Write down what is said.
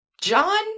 John